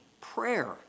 Prayer